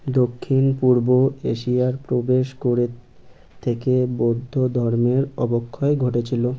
দক্ষিণ পূর্ব এশিয়ায় প্রবেশ করে থেকে বৌদ্ধ ধর্মের অবক্ষয় ঘটছিল